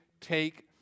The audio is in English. take